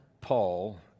Paul